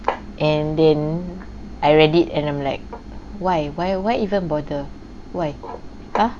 and then I read it and I'm like why why why even bother why ha